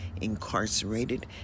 incarcerated